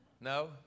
no